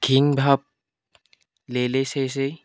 ঘৃণ ভাব লেই লেই চেই চেই